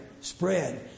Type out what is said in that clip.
spread